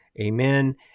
amen